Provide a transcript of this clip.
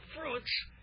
fruits